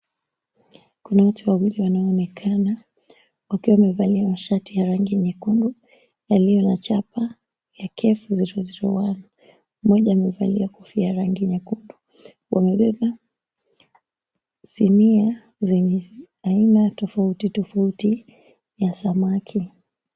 Kuna watu wawili wanaoonekana wakiwa wamevalia shati ya rangi nyekundu, yaliyo na chapa ya Cafe 001. Mmoja amevalia kofia ya rangi nyekundu. Wamebeba sinia zenye aina tofauti tofauti ya samaki.